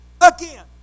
again